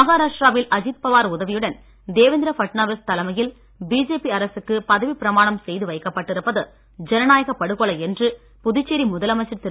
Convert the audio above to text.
மஹாராஷ்டிராவில் அஜீத் பவார் உதவியுடன் தேவேந்திர ஃபட் நவீஸ் தலைமையில் பிஜேபி அரசுக்கு பதவி பிரமாணம் செய்து வைக்கப்பட்டு இருப்பது ஜனநாயக படுகொலை என்று புதுச்சேரி முதலமைச்சர் திரு